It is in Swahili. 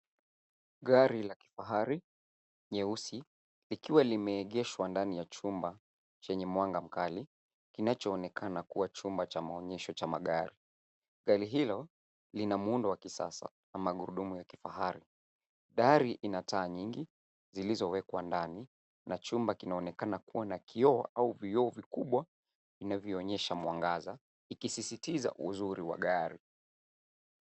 Gari la kifahari nyeusi likiwa limeegeshwa ndani ya chumba chenye mwanga mkali kinachoonekana kuwa chumba cha maonyesho cha magari. Gari hilo lina muundo wa kisasa na magurudumu ya kifahari. Dari ina taa nyingi zilizowekwa ndani na chumba kinaonekana kuwa na kioo au vioo vikubwa vinavyoonyesha mwangaza ikisisitiza uzuri wa gari.